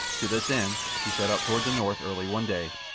to this end he set out toward the north early one day,